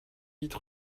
vite